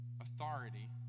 authority